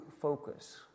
focus